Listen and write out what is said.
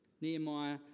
Nehemiah